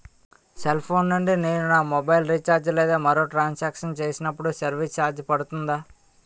Cell phone నుండి నేను నా మొబైల్ రీఛార్జ్ లేదా మరొక ట్రాన్ సాంక్షన్ చేసినప్పుడు సర్విస్ ఛార్జ్ పడుతుందా?